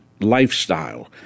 lifestyle